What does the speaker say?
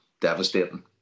devastating